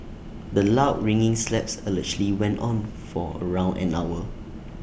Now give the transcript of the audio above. the loud ringing slaps allegedly went on for around an hour